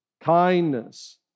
kindness